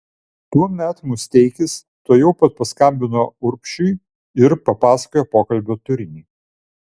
tuomet musteikis tuojau pat paskambino urbšiui ir papasakojo pokalbio turinį